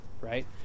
right